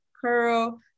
curl